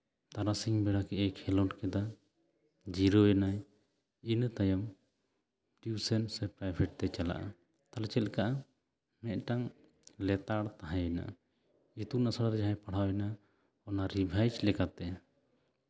ᱛᱟᱨᱟᱥᱤᱧ ᱵᱮᱲᱟ ᱠᱟᱹᱡ ᱮ ᱠᱷᱮᱞᱳᱰ ᱠᱮᱫᱟ ᱡᱤᱨᱟᱹᱣ ᱮᱱᱟᱭ ᱤᱱᱟᱹ ᱛᱟᱭᱚᱢ ᱴᱤᱭᱩᱥᱮᱱ ᱥᱮ ᱯᱨᱟᱭᱵᱷᱮᱴ ᱛᱮ ᱪᱟᱞᱟᱜᱼᱟ ᱛᱟᱦᱞᱮ ᱪᱮᱫ ᱞᱮᱠᱟ ᱢᱤᱫᱴᱟᱱ ᱞᱮᱛᱟᱲ ᱛᱟᱦᱮᱸᱭᱮᱱᱟ ᱤᱛᱩᱱ ᱟᱥᱲᱟᱨᱮ ᱡᱟᱦᱟᱸᱭ ᱯᱟᱲᱦᱟᱣ ᱮᱱᱟ ᱚᱱᱟ ᱨᱤᱵᱷᱟᱭᱤᱪ ᱞᱮᱠᱟᱛᱮ